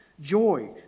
joy